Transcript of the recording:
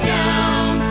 down